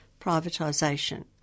privatisation